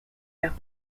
level